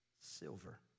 Silver